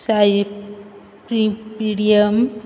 साय प्रिपिड्यम